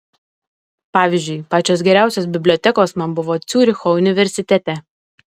pavyzdžiui pačios geriausios bibliotekos man buvo ciuricho universitete